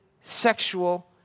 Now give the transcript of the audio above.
sexual